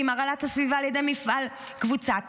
והרעלת הסביבה על ידי מפעל קבוצת כי"ל,